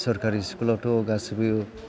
सोरखारि स्कुलावथ' गासैबो